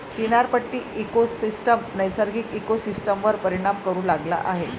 किनारपट्टी इकोसिस्टम नैसर्गिक इकोसिस्टमवर परिणाम करू लागला आहे